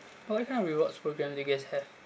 what kind of rewards programs you guys have